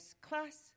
class